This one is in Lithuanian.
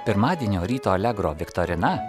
pirmadienio ryto allegro viktorina